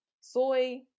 Soy